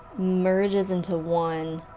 merges into one.